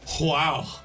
Wow